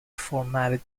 formatted